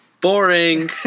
boring